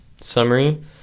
summary